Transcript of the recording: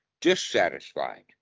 dissatisfied